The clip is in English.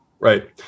Right